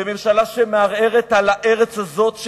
וממשלה שמערערת על הארץ הזאת,